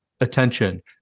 attention